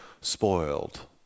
spoiled